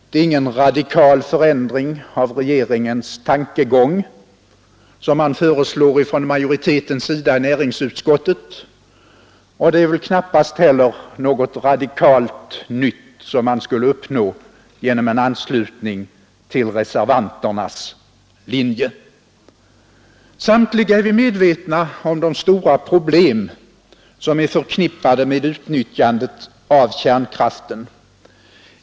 Det är ingen radikal förändring av regeringens tankegång som föreslås av majoriteten i näringsutskottet, och det är väl knappast heller något radikalt nytt som man skulle uppnå genom en anslutning till reservanternas linje. Samtliga är vi medvetna om de stora problem som är förknippade med utnyttjandet av kärnkraften.